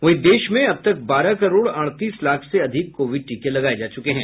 वहीं देश में अब तक बारह करोड अड़तीस लाख से अधिक कोविड टीके लगाये जा चुके हैं